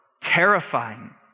terrifying